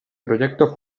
proyecto